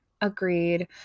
Agreed